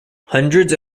hundreds